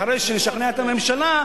אחרי שנשכנע את הממשלה,